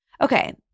Okay